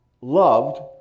loved